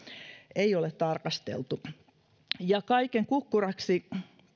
ei ole tarkasteltu kaiken kukkuraksi